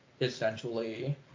essentially